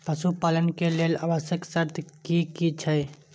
पशु पालन के लेल आवश्यक शर्त की की छै?